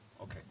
Okay